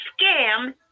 scam